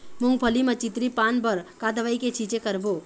मूंगफली म चितरी पान बर का दवई के छींचे करबो?